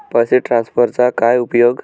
पैसे ट्रान्सफरचा काय उपयोग?